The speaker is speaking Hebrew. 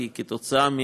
כי בגלל ההסכם,